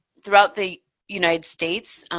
throughout the united states,